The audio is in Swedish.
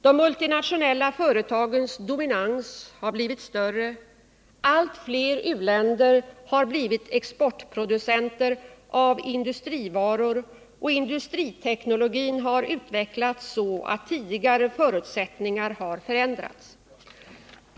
De multinationella företagens dominans har blivit större, allt fler u-länder har blivit exportproducenter av industrivaror, och industriteknologin har utvecklats så att tidigare förutsättningar har förändrats.